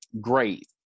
great